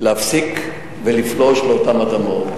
להפסיק ולפלוש לאותן אדמות,